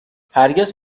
هرگز